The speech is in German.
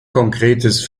konkretes